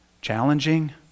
challenging